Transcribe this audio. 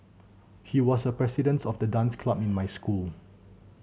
he was the president of the dance club in my school